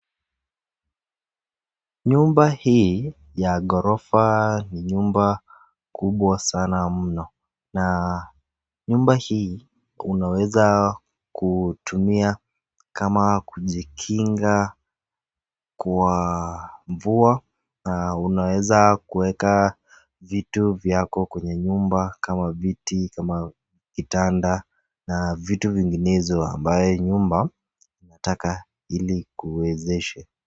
Nyumba hii ya ghorofa ni nyumba kubwa sana mno na nyumba hii unaweza kutumia kama kujikinga kwa mvua na unaweza kuweka vitu vyako kwenye nyumba kama viti, kama kitanda na vitu vinginezo ambayo nyumba inataka ili kuwezesha.